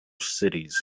cities